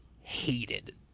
hated